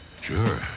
sure